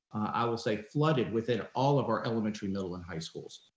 i will say, flooded within all of our elementary, middle and high schools.